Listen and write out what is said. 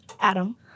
Adam